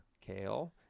kale